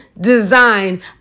design